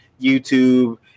YouTube